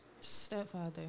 Stepfather